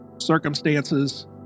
circumstances